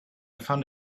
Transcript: found